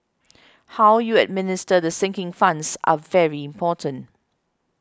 how you administer the sinking funds are very important